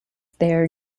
their